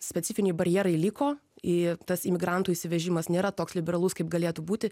specifiniai barjerai liko į tas imigrantų įsivežimas nėra toks liberalus kaip galėtų būti